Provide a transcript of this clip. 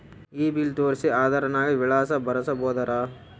ಈ ಬಿಲ್ ತೋಸ್ರಿ ಆಧಾರ ನಾಗ ವಿಳಾಸ ಬರಸಬೋದರ?